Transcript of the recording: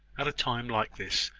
at a time like this,